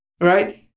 Right